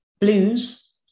blues